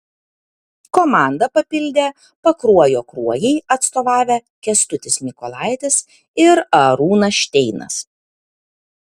komanda papildė pakruojo kruojai atstovavę kęstutis mykolaitis ir arūnas šteinas